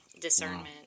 discernment